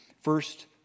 First